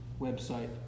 website